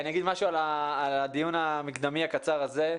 אני אגיד משהו על הדיון המקדמי הקצר הזה.